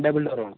double door വേണം